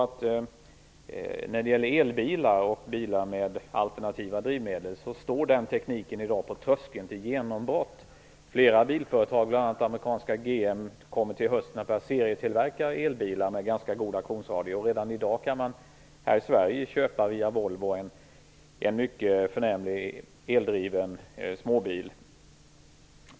Tekniken med elbilar och bilar med alternativa drivmedel står i dag på tröskeln till genombrott. Flera bilföretag, bl.a. amerikanska GM, kommer till hösten att börja tillverka elbilar med ganska god aktionsradie, och redan i dag kan man här i Sverige via Volvo köpa en mycket förnämlig eldriven småbil.